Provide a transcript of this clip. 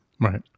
Right